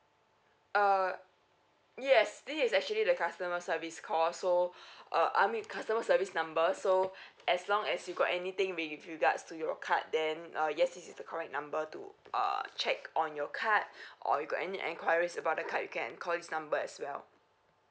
uh yes this is actually the customer service call so uh I mean customer service number so as long as you got anything with regards to your card then uh yes this is the correct number to uh check on your card or you got any enquiries about the card you can call this number as well